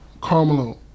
Carmelo